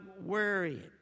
worrying